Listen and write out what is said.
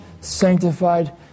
sanctified